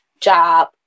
job